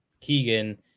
keegan